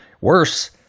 worse